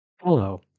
Hello